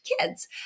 kids